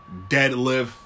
deadlift